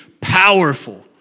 powerful